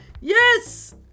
Yes